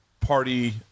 party